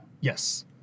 Yes